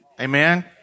Amen